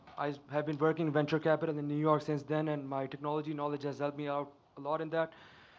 i have been working in venture capital in new york since then, and my technology knowledge has helped me out a lot in that.